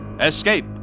ESCAPE